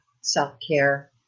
self-care